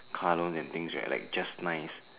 car loans and things we're like just nice